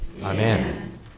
Amen